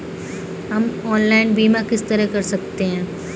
हम ऑनलाइन बीमा किस तरह कर सकते हैं?